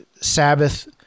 Sabbath